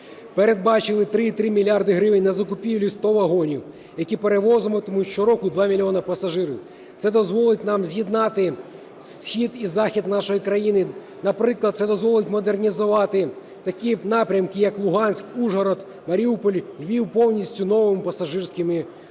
Передбачили 3,3 мільярда гривень на закупівлю 100 вагонів, які перевозитимуть що року 2 мільйони пасажирів, це дозволить нам з'єднати схід і захід нашої країни, наприклад, це дозволить модернізувати такі напрямки, як Луганськ-Ужгород, Маріуполь-Львів повністю новими пасажирськими вагонами.